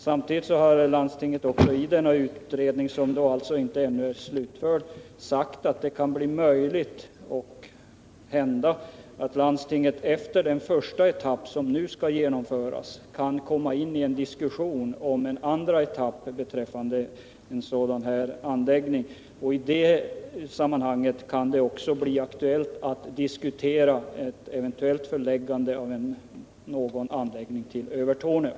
Samtidigt har landstinget i denna utredning — som alltså ännu inte är slutförd — sagt att det kan hända att landstinget efter den första etapp som nu skall genomföras kan komma in i en diskussion om en andra etapp av en sådan anläggning. I det sammanhanget kan det också bli aktuellt att diskutera ett eventuellt förläggande av någon anläggning till Övertorneå.